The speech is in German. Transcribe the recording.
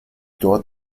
dort